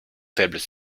faibles